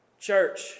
Church